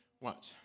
watch